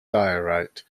diorite